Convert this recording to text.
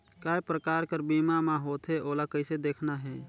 काय प्रकार कर बीमा मा होथे? ओला कइसे देखना है?